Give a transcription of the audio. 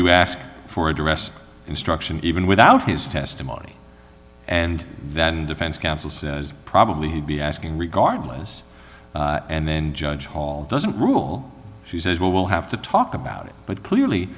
you ask for a dress instruction even without his testimony and then defense counsel says probably he'd be asking regardless and then judge hall doesn't rule she says well we'll have to talk about it but clearly